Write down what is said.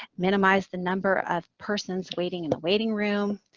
minimize the number of persons waiting in the waiting room,